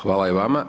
Hvala i vama.